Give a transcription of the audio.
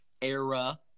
Era